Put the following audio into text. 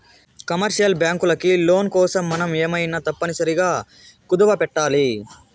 commercial బ్యాంకులకి loan కోసం మనం ఏమైనా తప్పనిసరిగా కుదవపెట్టాలి